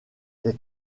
les